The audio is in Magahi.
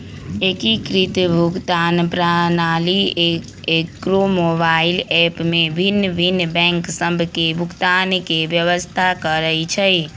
एकीकृत भुगतान प्रणाली एकेगो मोबाइल ऐप में भिन्न भिन्न बैंक सभ के भुगतान के व्यवस्था करइ छइ